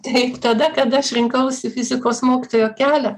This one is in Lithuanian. taip tada kada aš rinkausi fizikos mokytojo kelią